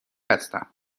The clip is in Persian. هستم